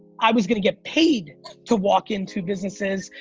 i was going to get paid to walk into businesses,